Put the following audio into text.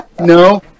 No